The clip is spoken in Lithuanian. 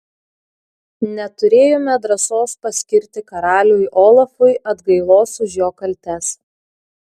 neturėjome drąsos paskirti karaliui olafui atgailos už jo kaltes